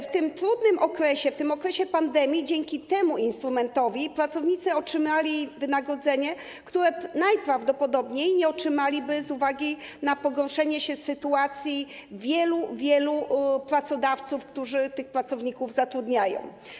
W tym trudnym okresie, okresie pandemii, dzięki temu instrumentowi pracownicy otrzymali wynagrodzenie, którego najprawdopodobniej nie otrzymaliby z uwagi na pogorszenie się sytuacji finansowej wielu pracodawców, którzy tych pracowników zatrudniają.